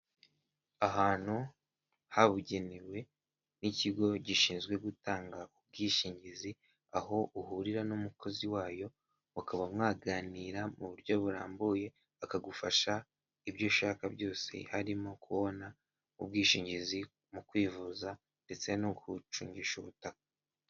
Ahantu habugenewe n'ikigo gishinzwe gutanga ubwishingizi aho uhurira n'umukozi wayo mukaba mwaganira mu buryo burambuye akagufasha ibyo ushaka byose harimo: kubona ubwishingizi mu kwivuza ndetse no gucungisha ubutaka.